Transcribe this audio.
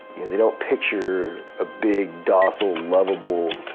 you know, they don't picture a big docile lovable,